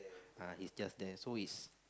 uh he's just there so his